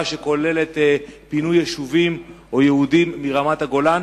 שכוללת פינוי יישובים או יהודים מרמת-הגולן,